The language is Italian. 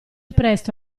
presto